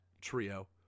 trio